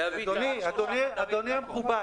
אדוני המכובד,